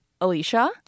alicia